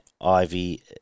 Ivy